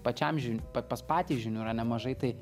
pačiam žiūrint pas patį žinių yra nemažai tai